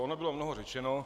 Ono bylo mnoho řečeno.